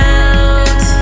out